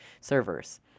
servers